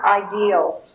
ideals